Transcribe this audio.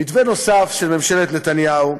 מתווה נוסף של ממשלת נתניהו.